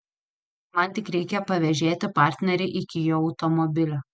man tik reikia pavėžėti partnerį iki jo automobilio